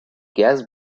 gaz